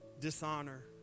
dishonor